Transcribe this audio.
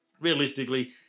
Realistically